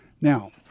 Now